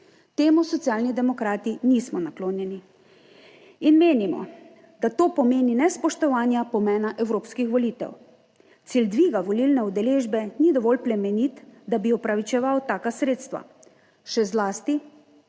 Temu Socialni demokrati nismo naklonjeni in menimo, da to pomeni nespoštovanje pomena evropskih volitev. Cilj dviga volilne udeležbe ni dovolj plemenit, da bi opravičeval taka sredstva, še zlasti